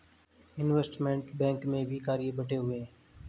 investment bank में भी कार्य बंटे हुए हैं